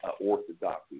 orthodox